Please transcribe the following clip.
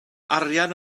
arian